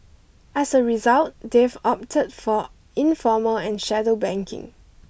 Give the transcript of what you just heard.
as a result they've opted for informal and shadow banking